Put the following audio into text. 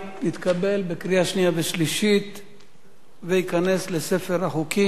נתקבל בקריאה שנייה ושלישית וייכנס לספר החוקים.